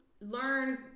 learn